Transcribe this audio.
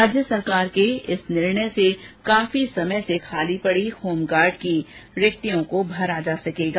राज्य सरकार के इस निर्णय से काफी समय से खाली पडी होमगार्ड की रिक्तियों को भरा जा सकेगा